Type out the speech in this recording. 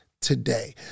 Today